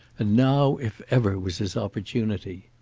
and now if ever was his opportunity.